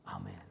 Amen